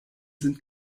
sind